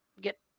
get